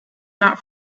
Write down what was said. not